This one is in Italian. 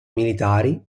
militari